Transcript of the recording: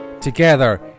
Together